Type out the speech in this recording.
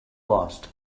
lost